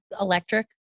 electric